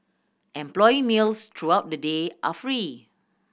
employee meals throughout the day are free